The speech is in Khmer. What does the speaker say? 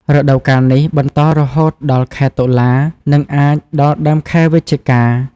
រដូវកាលនេះបន្តរហូតដល់ ខែតុលា និងអាចដល់ដើមខែវិច្ឆិកា។